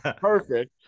perfect